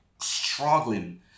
struggling